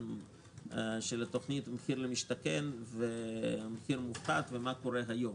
של התוכניות מחיר למשתכן ומחיר מופחת ומה קורה היום.